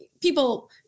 people